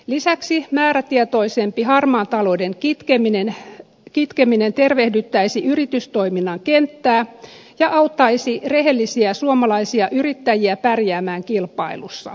lisäksi määrätietoisempi harmaan talouden kitkeminen tervehdyttäisi yritystoiminnan kenttää ja auttaisi rehellisiä suomalaisia yrittäjiä pärjäämään kilpailussa